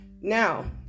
Now